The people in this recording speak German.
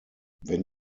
wenn